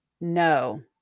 No